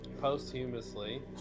Posthumously